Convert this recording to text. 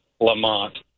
Lamont